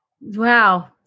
Wow